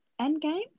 Endgame